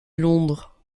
londres